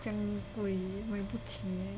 这样贵买不起 leh